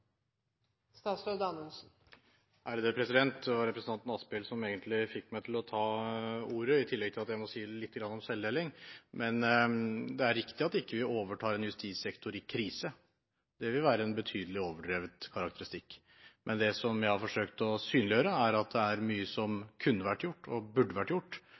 representanten Asphjell som egentlig fikk meg til å ta ordet, i tillegg til at jeg må si lite grann om celledeling. Det er riktig at vi ikke overtar en justissektor i krise – det ville være en betydelig overdrevet karakteristikk. Det jeg har forsøkt å synliggjøre, er at det er mye som kunne vært gjort og burde vært gjort.